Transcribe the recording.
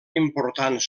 importants